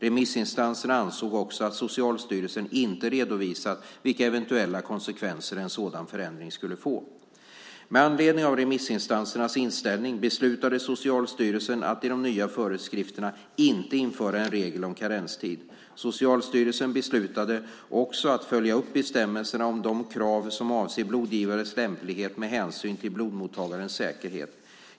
Remissinstanserna ansåg också att Socialstyrelsen inte redovisat vilka eventuella konsekvenser en sådan förändring skulle få. Med anledning av remissinstansernas inställning beslutade Socialstyrelsen att i de nya föreskrifterna inte införa en regel om karenstid. Styrelsen beslutade också att följa upp bestämmelserna om de krav som avser blodgivares lämplighet med hänsyn till blodmottagarens säkerhet.